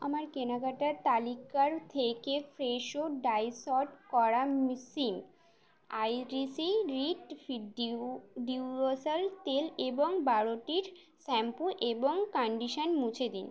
আমার কেনাকাটার তালিকার থেকে ফ্রেশো ডাইসড করা মিশিম আইটিসি নিউ ফিউ ডিওসার তেল এবং বারোটির শ্যাম্পু এবং কান্ডিশনার মুছে দিন